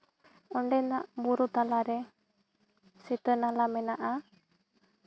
ᱚᱸᱰᱮᱱᱟᱜ ᱵᱩᱨᱩ ᱛᱟᱞᱟᱨᱮ ᱥᱤᱛᱟᱹ ᱱᱟᱞᱟ ᱢᱮᱱᱟᱜᱼᱟ